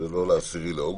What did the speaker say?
ולא ל-10 לאוגוסט.